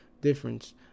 difference